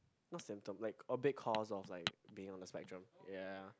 not same term like a big cause of like being on the spectrum ya